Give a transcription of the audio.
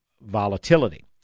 volatility